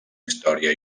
història